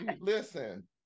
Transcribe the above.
listen